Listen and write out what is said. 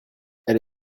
elle